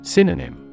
Synonym